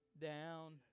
down